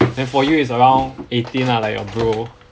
then for you is around eighteen lah like your bro